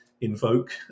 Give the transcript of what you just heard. invoke